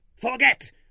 forget